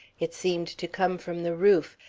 it seemed to come from the roof,